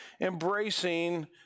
embracing